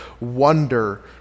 wonder